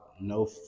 no